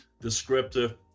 descriptive